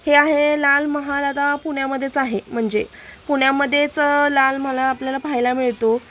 हे आहे लाल महाल आता पुण्यामध्ये च आहे म्हणजे पुण्यामध्येच लाल महाला आपल्याला पाहायला मिळतो